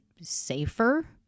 safer